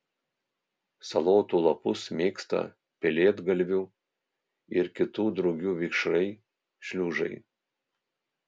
salotų lapus mėgsta pelėdgalvių ir kitų drugių vikšrai šliužai